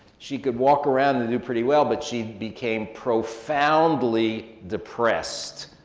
she could walk around and do pretty well, but she became profoundly depressed,